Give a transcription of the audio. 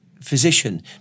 physician